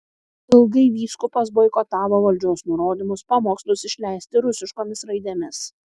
ilgai vyskupas boikotavo valdžios nurodymus pamokslus išleisti rusiškomis raidėmis